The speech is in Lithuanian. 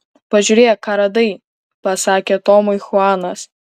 pažiūrėk ką radai pasakė tomui chuanas